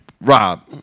Rob